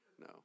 No